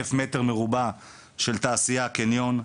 אלף מטר מרובע של תעשייה, קניון.